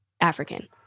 African